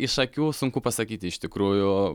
iš akių sunku pasakyti iš tikrųjų